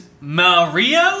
Mario